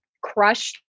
crushed